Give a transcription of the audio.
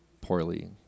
poorly